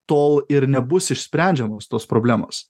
tol ir nebus išsprendžiamos tos problemos